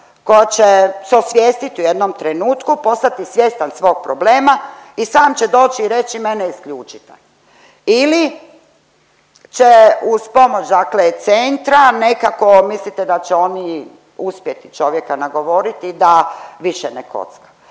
koja će se osvijestit u jednom trenutku, postati svjestan svog problema i sam će doći i reći mene isključite ili će uz pomoć dakle centra nekako mislite da će oni uspjeti čovjeka nagovoriti da više ne kocka.